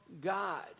God